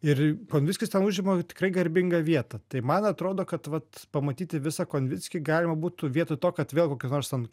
ir konvickis ten užima tikrai garbingą vietą tai man atrodo kad vat pamatyti visą konvickį galima būtų vietoj to kad vėl kokiu nors ten